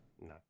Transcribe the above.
No